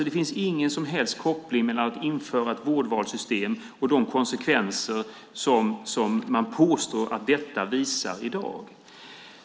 Det finns ingen som helst koppling mellan att införa ett vårdvalssystem och de konsekvenser som man påstår att detta visar i dag.